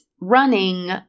running